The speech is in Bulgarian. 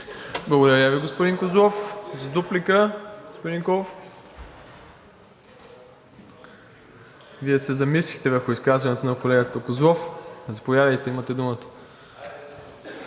Благодаря Ви, господин Козлов. За дуплика – господин Николов. Вие се замислихте върху изказването на колегата Козлов. Заповядайте, имате думата.